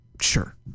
Sure